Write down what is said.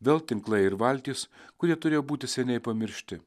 vėl tinklai ir valtys kurie turėjo būti seniai pamiršti